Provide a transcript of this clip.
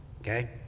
Okay